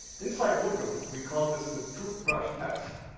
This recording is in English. inside google, we call this the toothbrush test.